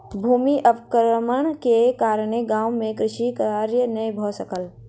भूमि अवक्रमण के कारण गाम मे कृषि कार्य नै भ सकल